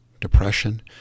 depression